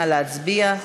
נא להצביע.